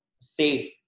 safe